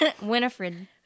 Winifred